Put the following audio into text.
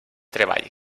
treball